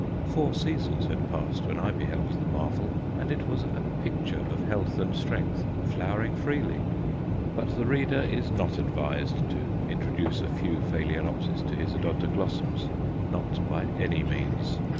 four seasons had passed when i beheld the marvel, and it was a picture of health and strength, flowering freely but the reader is not advised to introduce a few phaloenopsis to his odontoglossums not by any means.